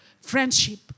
friendship